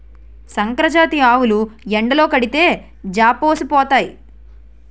సంకరజాతి ఆవులు ఎండలో కడితే జాపోసిపోతాయి